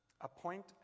Appoint